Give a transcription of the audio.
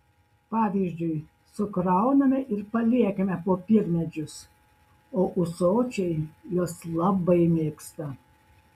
pavyzdžiui sukrauname ir paliekame popiermedžius o ūsočiai juos labai mėgsta